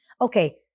Okay